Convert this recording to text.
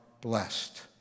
blessed